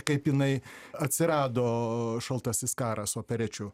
kaip jinai atsirado šaltasis karas operečių